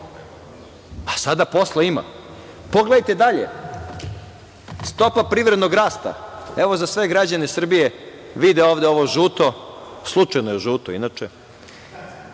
a sada posla ima. Pogledajte dalje, stopa privrednog rasta, evo, za sve građane Srbije, vidite ovde ovo žuto, slučajno je žuto, inače,